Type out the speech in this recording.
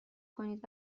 کنید